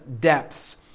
depths